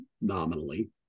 nominally